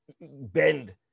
bend